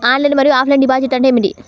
Online మరియు offline deposit అంటే ఏమిటి?